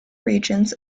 regions